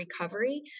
recovery